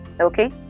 okay